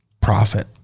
profit